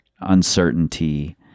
uncertainty